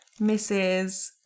Mrs